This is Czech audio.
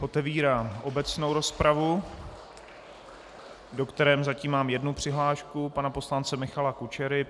Otevírám obecnou rozpravu, do které mám zatím jednu přihlášku, pana poslance Michala Kučery.